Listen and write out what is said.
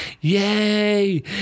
yay